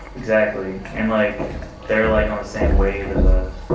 exactly, and like they're like on the same wave as us.